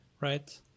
Right